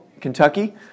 Kentucky